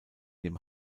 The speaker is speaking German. dem